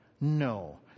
No